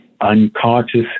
unconscious